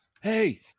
hey